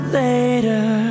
later